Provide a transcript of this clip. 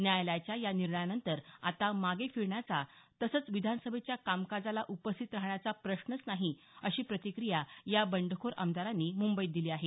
न्यायालयाच्या या निर्णयानंतर आता मागे फिरण्याचा तसंच विधानसभेच्या कामकाजाला उपस्थित राहण्याचा प्रश्नच नाही अशी प्रतिक्रिया या बंडखोर आमदारांनी मुंबईत दिली आहे